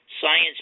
science